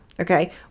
okay